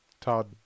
Todd